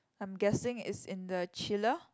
I'm guessing it's in the chiller